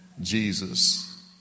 jesus